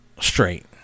straight